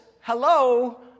hello